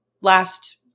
last